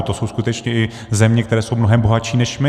To jsou skutečně země, které jsou mnohem bohatší než my.